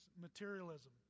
materialism